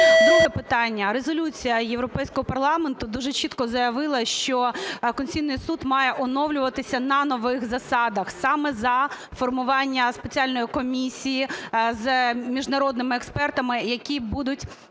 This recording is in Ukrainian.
Друге питання. Резолюція Європейського парламенту дуже чітко заявила, що Конституційний Суд має оновлюватися на нових засадах саме за формування спеціальної комісії з міжнародними експертами, які будуть